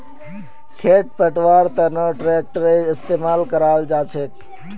खेत पैटव्वार तनों ट्रेक्टरेर इस्तेमाल कराल जाछेक